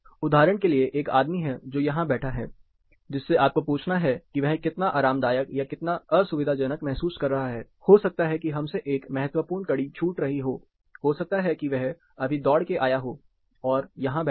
उदाहरण के लिए एक आदमी है जो यहां बैठा है जिससे आपको पूछना है कि वह कितना आरामदायक या कितना असुविधाजनक महसूस कर रहा हैं हो सकता है हम से एक महत्वपूर्ण कड़ी छूट रही हो हो सकता है वह अभी दौड़ के आया हो और यहां बैठा हो